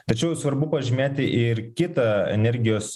tačiau svarbu pažymėti ir kitą energijos